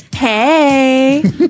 Hey